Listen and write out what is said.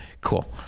Cool